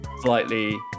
slightly